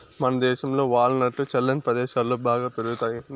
మనదేశంలో వాల్ నట్లు చల్లని ప్రదేశాలలో బాగా పెరుగుతాయి